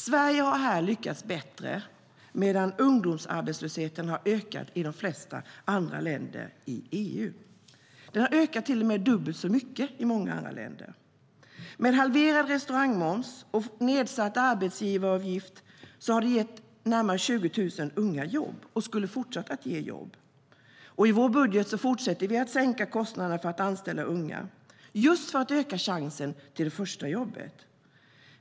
Sverige har lyckats bra, medan ungdomsarbetslösheten har ökat i de flesta andra länder i EU. Den har till och med ökat dubbelt så mycket i många andra länder. Halverad restaurangmoms och nedsatt arbetsgivaravgift har gett närmare 20 000 unga jobb och skulle ha fortsatt att ge jobb. I vår budget fortsätter vi att sänka kostnaderna för att anställa unga, just för att öka chansen till det första jobbet.